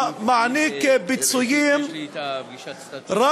מעניק פיצויים רק